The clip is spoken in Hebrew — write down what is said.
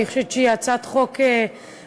אני חושבת שהיא הצעת חוק משמעותית,